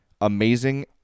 amazing